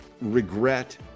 regret